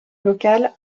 local